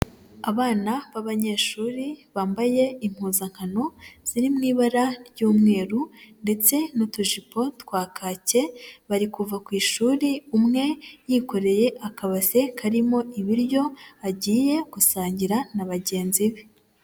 Abana b'abanyeshuri bambaye impuzankano ziri mu ibara ry'umweru ndetse n'utujipo twa kake, bari kuva ku ishuri umwe yikoreye akabati karimo ibiryo agiye gusangira na bagenzi be.